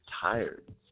tired